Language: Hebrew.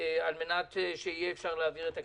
על מנת שיהיה אפשר להעביר את הכסף.